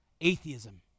Atheism